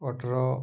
ଅଠର